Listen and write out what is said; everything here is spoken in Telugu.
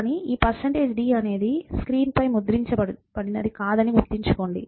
కానీ ఈ d అనేది స్క్రీన్పై ముద్రించబడినది కాదని గుర్తుంచుకోండి